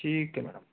ठीक है मैडम